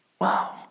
Wow